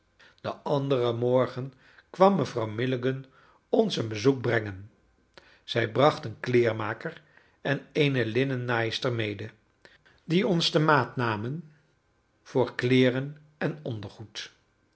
den anderen morgen kwam mevrouw milligan ons een bezoek brengen zij bracht een kleermaker en eene linnennaaister mede die ons de maat namen voor kleeren en ondergoed